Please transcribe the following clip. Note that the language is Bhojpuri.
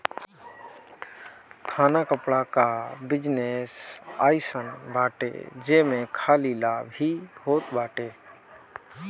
खाना कपड़ा कअ बिजनेस अइसन बाटे जेमे खाली लाभ ही होत बाटे